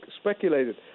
speculated